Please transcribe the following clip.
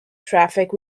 traffic